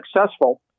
successful